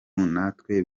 natwe